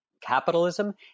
Capitalism